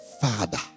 Father